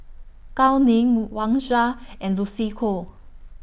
Gao Ning Wang Sha and Lucy Koh